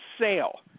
sale